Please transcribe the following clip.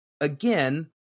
again